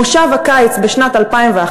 מושב הקיץ בשנת 2011,